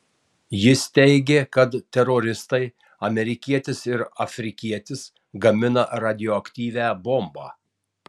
jis teigė kad teroristai amerikietis ir afrikietis gamina radioaktyvią bombą